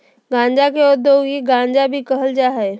गांजा के औद्योगिक गांजा भी कहल जा हइ